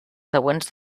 següents